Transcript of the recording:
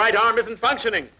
right arm isn't functioning